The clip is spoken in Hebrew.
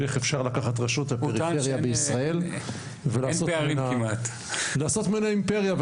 ואיך אפשר לקחת רשות בפריפריה בישראל ולעשות ממנה אימפריה.